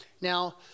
Now